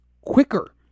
quicker